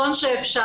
אני מקווה שברגע